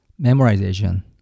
memorization